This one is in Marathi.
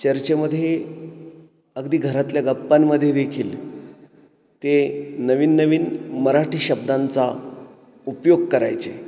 चर्चेमध्ये अगदी घरातल्या गप्पांमध्ये देखील ते नवीन नवीन मराठी शब्दांचा उपयोग करायचे